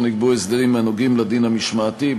ונקבעו בו הסדרים הנוגעים לדין המשמעתי.